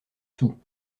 sous